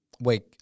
Wait